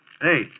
Hey